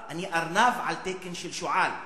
הארנב: אני ארנב על תקן של שועל.